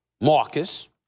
Marcus